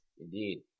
Indeed